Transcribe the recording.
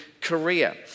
Korea